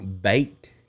baked